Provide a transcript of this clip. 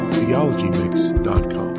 TheologyMix.com